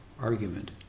argument